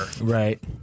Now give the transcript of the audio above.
Right